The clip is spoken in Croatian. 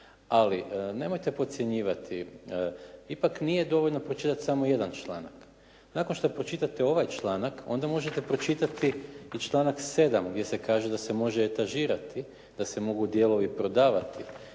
ali nemojte podcjenjivati, ipak nije dovoljno pročitati samo jedan članak. Nakon što pročitate ovaj članak onda možete pročitati i članak 7. gdje se kaže da se može etažirati, da se mogu dijelovi prodavati